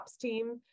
team